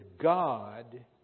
God